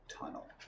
tunnel